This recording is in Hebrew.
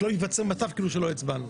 שלא ייווצר מצב כאילו שלא הצבענו.